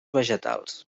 vegetals